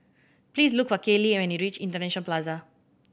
please look for Caylee when you reach International Plaza